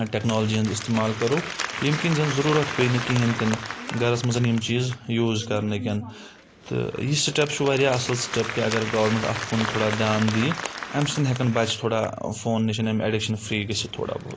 technology ہٕنٛز استِعمال کرَو ییٚمہِ کِنۍ زَن ضروٗرت پیٚیہِ نہٕ کِہیٖنۍ تہِ نہٕ گَرَس منٛز یِم چیٖز یوٗز کرنہٕ کؠن تہٕ یہِ سٕٹٮ۪پ چھُ واریاہ اَصٕل سٕٹٮ۪پ کہِ اگر گورمِنٛٹ اتھ کُن تھوڑا دِیان دِیہِ امہِ سۭتۍ ہؠکن بچہِ تھوڑا فون نِش اَمہِ اَیٚڈِکشَن فِرِی گٔژھِتھ تھوڑا بہت